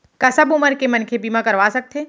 का सब उमर के मनखे बीमा करवा सकथे?